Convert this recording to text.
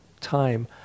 time